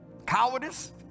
cowardice